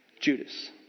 Judas